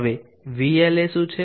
હવે Vla શું છે